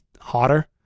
hotter